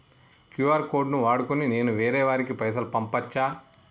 QR code ను వాడుకొని నేను వేరే వారికి పైసలు పంపచ్చా?